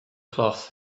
cloth